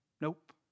nope